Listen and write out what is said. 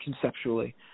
conceptually